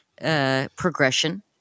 Progression